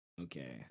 Okay